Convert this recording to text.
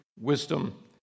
wisdom